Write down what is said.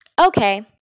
okay